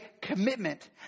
commitment